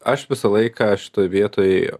aš visą laiką šitoj vietoj